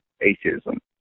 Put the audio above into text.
atheism